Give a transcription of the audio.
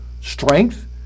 strength